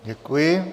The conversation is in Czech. Děkuji.